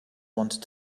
wanted